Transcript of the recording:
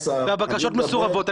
והבקשות מסורבות,